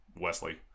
Wesley